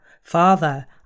Father